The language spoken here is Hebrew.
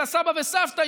ולסבא וסבתא,